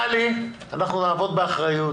טלי, אנחנו נעבוד באחריות